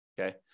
okay